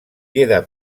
queda